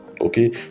okay